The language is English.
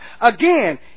Again